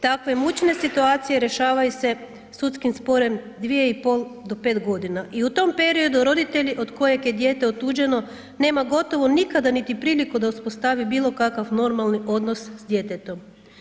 Takve mučne situacije rješavaju se sudskim sporom 2,5 do 5 godina i u tom periodu roditelji od kojeg je dijete otuđeno nema gotovo nikada niti priliku da uspostavi bilo kakav normalni odnos s djetetom.